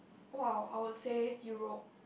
!wow! I would say Europe